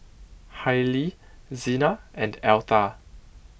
Hailie Xena and Altha